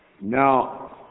Now